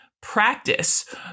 practice